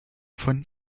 von